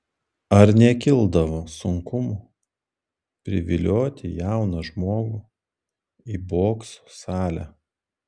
ar nekildavo sunkumų privilioti jauną žmogų į bokso salę